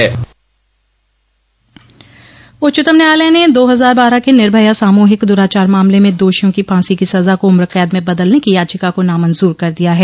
उच्चतम न्यायालय ने दो हजार बारह के निर्भया सामूहिक दुराचार मामले में दोषियों की फांसी की सजा को उम्रकैद में बदलने की याचिका को नामंजूर कर दिया है